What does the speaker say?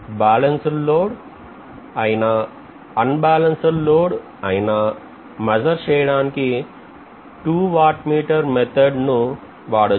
balance డ్ load అయిన unbalanced load అయినా మెజర్ చేయడానికి 2 వాట్ మీటర్ పద్ధతి వాడొచ్చు